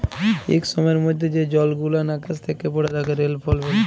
ইক সময়ের মধ্যে যে জলগুলান আকাশ থ্যাকে পড়ে তাকে রেলফল ব্যলে